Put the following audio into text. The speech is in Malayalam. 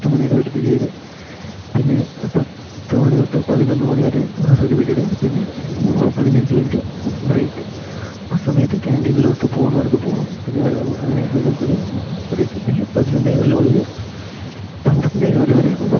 പത്തുമണിവരെ ഒരു പിരീഡ് പിന്നെ പത്ത് മണിതൊട്ട് പതിനൊന്ന് മണിവരെ വേറൊരു പിരീഡ് പിന്നെ പതിനഞ്ചു മിനിറ്റ് ബ്രേക്ക് ആ സമയത്ത് ക്യാന്റീനിലോട്ട് പോകുന്നവർക്ക് പോകാം പിന്നെ വെള്ളം അങ്ങനെ നമുക്കൊരു ബ്രേക്ക് പിന്നെ പതിനൊന്നേകാൽ മുതൽ പന്ത്രണ്ടേകാൽ വരെ